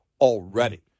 already